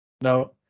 Now